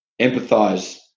empathise